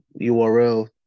URL